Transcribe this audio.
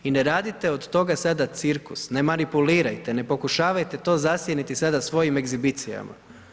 I ne radite od toga sada cirkus, ne manipulirajte, ne pokušavajte to zasjeniti sada svojim egzibicijama.